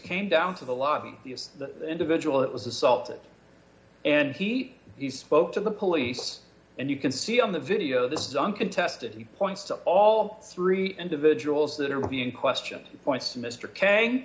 came down to the lobby the individual that was assaulted and heat he spoke to the police and you can see on the video this is uncontested he points to all three individuals that are now being questioned points to mr k